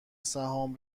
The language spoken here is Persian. سهام